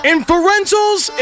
Inferentials